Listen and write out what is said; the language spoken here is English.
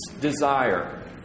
desire